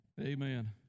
Amen